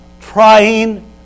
trying